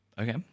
Okay